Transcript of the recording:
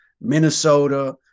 Minnesota